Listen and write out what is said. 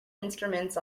instruments